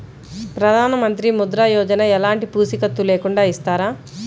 ప్రధానమంత్రి ముద్ర యోజన ఎలాంటి పూసికత్తు లేకుండా ఇస్తారా?